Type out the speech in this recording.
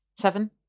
seven